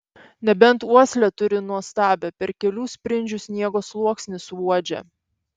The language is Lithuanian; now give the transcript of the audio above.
nebent uoslę turi nuostabią per kelių sprindžių sniego sluoksnį suuodžia